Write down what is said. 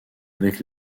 avec